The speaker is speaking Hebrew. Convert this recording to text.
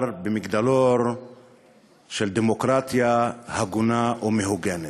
במגדלור של דמוקרטיה הגונה ומהוגנת.